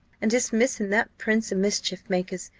and dismissing that prince of mischief-makers,